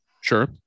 Sure